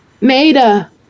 Maida